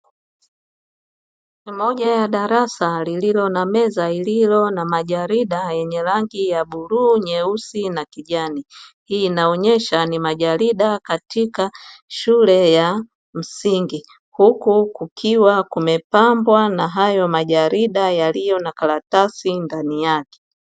Ni moja ya darasa lililo na meza iliyo na majarida yenye rangi ya bluu nyeusi na kijani hii inaonyesha ni majarida katika shule ya msingi, huku kukiwa kumepambwa na hayo majarida yaliyo na karatasi ndani yake.